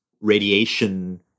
radiation